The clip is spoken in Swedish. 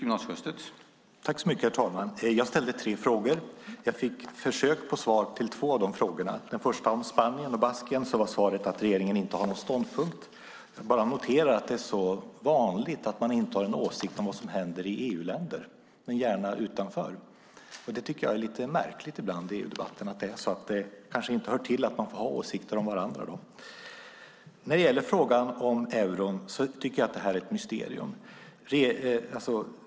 Herr talman! Jag ställde tre frågor. Jag fick försök till svar på två av de frågorna. På den första frågan om Spanien och Baskien var svaret att regeringen inte har någon ståndpunkt. Jag bara noterar att det är vanligt att man inte har någon åsikt om vad som händer i EU-länder men gärna om sådant som händer utanför. Det tycker jag är lite märkligt ibland i EU-debatten. Det kanske inte hör till att man får ha åsikter om varandra. När det gäller frågan om euron tycker jag att det är ett mysterium.